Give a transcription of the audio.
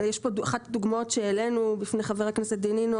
אחת הדוגמאות שהעלנו בפני חבר הכנסת דנינו